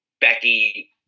Becky –